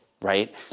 right